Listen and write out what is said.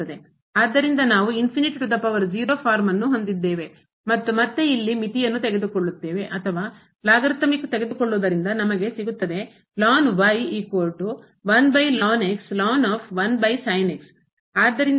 ಆದ್ದರಿಂದ ನಾವು ಫಾರ್ಮ್ ಅನ್ನು ಹೊಂದಿದ್ದೇವೆ ಮತ್ತು ಮತ್ತೆ ಇಲ್ಲಿ ಮಿತಿಯನ್ನು ತೆಗೆದುಕೊಳ್ಳುತ್ತೇವೆ ಅಥವಾ ಲಾಗರಿಥಮಿಕ್ ತೆಗೆದುಕೊಳ್ಳುವುದರಿಂದ ನಮಗೆ ಸಿಗುತ್ತದೆ ಆದ್ದರಿಂದ ಇಲ್ಲಿ ಅದು 0 ಗೆ ಹೋಗುತ್ತದೆ ಆದ್ದರಿಂದ